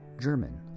German